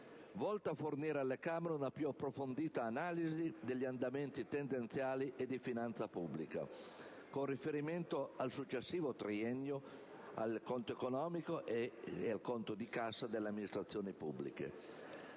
volta a fornire alle Camere una più approfondita analisi degli andamenti tendenziali e di finanza pubblica, con riferimento al successivo triennio, al conto economico e al conto di cassa delle amministrazioni pubbliche.